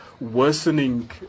worsening